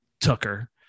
Tucker